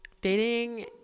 dating